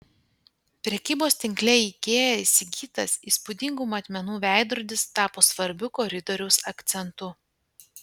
prekybos tinkle ikea įsigytas įspūdingų matmenų veidrodis tapo svarbiu koridoriaus akcentu